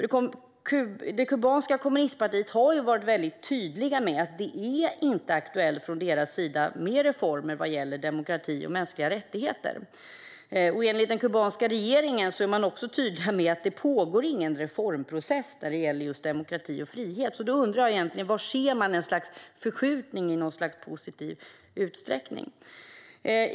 Det kubanska kommunistpartiet har ju varit tydligt med att det inte är aktuellt med reformer från dess sida vad gäller demokrati och mänskliga rättigheter. Den kubanska regeringen är också tydlig med att det inte pågår någon reformprocess när det gäller just demokrati och frihet. Då undrar jag var man ser någon sorts förskjutning i positiv riktning.